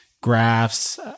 graphs